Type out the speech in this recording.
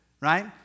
right